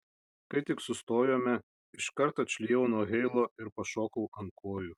kai tik sustojome iškart atšlijau nuo heilo ir pašokau ant kojų